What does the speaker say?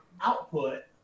output